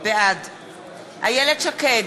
בעד איילת שקד,